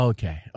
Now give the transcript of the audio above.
Okay